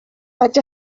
vaig